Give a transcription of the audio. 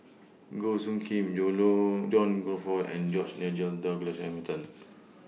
Goh Soo Khim John Crawfurd and George Nigel Douglas Hamilton